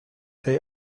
they